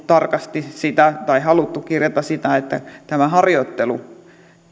tarkasti haluttu kirjata tämä harjoittelu